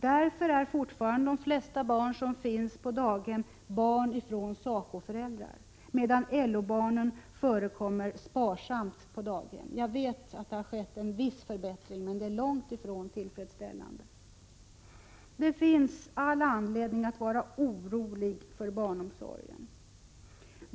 Därför är fortfarande de flesta barn som finns på daghem barn till SACO-föräldrar, medan LO-barnen förekommer sparsamt på daghem. Jag vet att det har skett en viss förbättring, men det är långt ifrån tillfredsställande. Det finns all anledning att vara orolig för barnomsorgen.